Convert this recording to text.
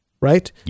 right